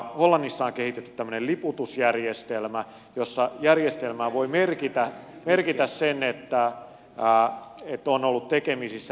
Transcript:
hollannissa on kehitetty tämmöinen liputusjärjestelmä jossa järjestelmään voi merkitä sen että on ollut tekemisissä